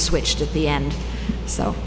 switched at the end so